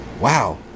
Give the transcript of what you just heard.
wow